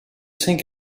think